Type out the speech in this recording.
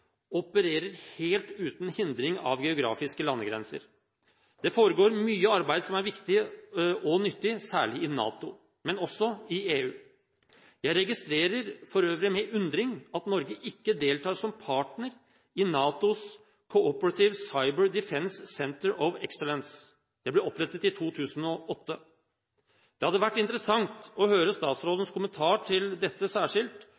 opererer helt uten hindring av geografiske landegrenser. Det foregår mye arbeid som er viktig og nyttig, særlig i NATO, men også i EU. Jeg registrerer for øvrig med undring at Norge ikke deltar som partner i NATO Cooperative Cyber Defence Centre of Excellence. Det ble opprettet i 2008. Det hadde vært interessant å høre statsrådens kommentar til dette særskilt,